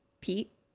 Pete